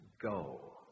go